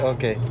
Okay